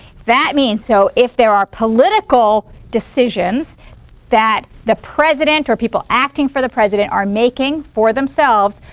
that means so if there are political decisions that the president or people acting for the president are making for themselves,